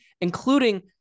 including